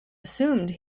assumed